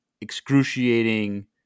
excruciating